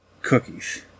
Cookies